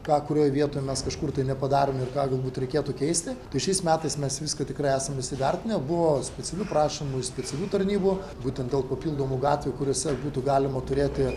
ką kurioj vietoj mes kažkur tai nepadarėm ir ką galbūt reikėtų keisti tai šiais metais mes viską tikrai esam įsivertinę buvo specialių prašymų iš specialių tarnybų būtent dėl papildomų gatvių kuriose būtų galima turėti